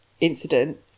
incident